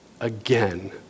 again